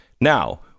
Now